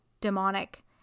demonic